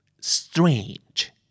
strange